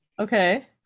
okay